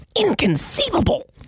Inconceivable